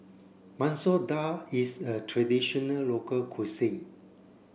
Masoor Dal is a traditional local cuisine